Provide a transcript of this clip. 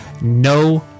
no